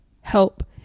help